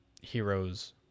heroes